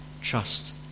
Trust